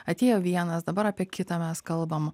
atėjo vienas dabar apie kitą mes kalbam